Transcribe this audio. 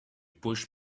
push